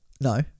no